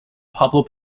pablo